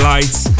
Lights